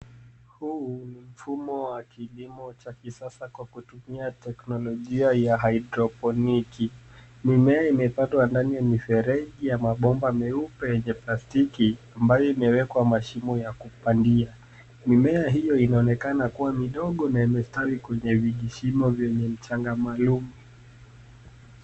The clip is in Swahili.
Huu ni mfumo wa kilimo cha kisasa kwa kutumia teknolojia ya haidroponiki. Mimea imepandwa ndani ya mifereji ya mabomba meupe yenye plastiki ambayo imewekwa mashimo ya kupandia. Mimea hiyo inaonekana kuwa midogo na imestawi kwenye vijishimo vyenye mchanga maalum.